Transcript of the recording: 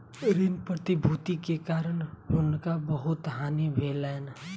ऋण प्रतिभूति के कारण हुनका बहुत हानि भेलैन